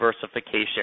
diversification